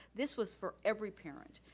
this was for every parent.